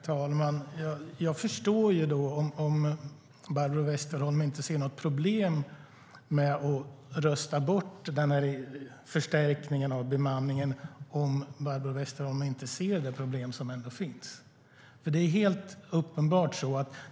STYLEREF Kantrubrik \* MERGEFORMAT Hälsovård, sjukvård och social omsorgHerr talman! Jag förstår att Barbro Westerholm inte ser något problem med att rösta bort förstärkningen om Barbro Westerholm inte ser det problem som ändå finns. Det är helt uppenbart att problemen finns.